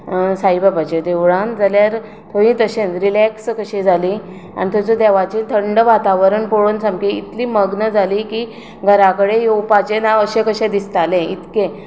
साईबाबाच्या देवळांत जाल्यार थंयू तशेंत रिलॅक्स्ड कशी जालीं आनी थंयसर देवाचें थंड वातावरण पळोवन सामकें इतलीं मग्न जालीं की घरा कडेन येवपाचें ना अशें कशे दिसतालें इतकें